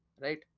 right